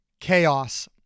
chaos